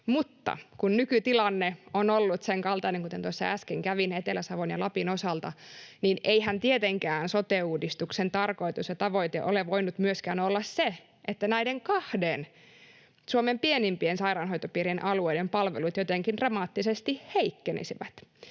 Mutta kun nykytilanne on ollut sen kaltainen, kuten tuossa äsken kävin läpi Etelä-Savon ja Lapin osalta, niin eihän tietenkään sote-uudistuksen tarkoitus ja tavoite ole voinut myöskään olla se, että näiden kahden Suomen pienimpien sairaanhoitopiirien alueiden palvelut jotenkin dramaattisesti heikkenisivät,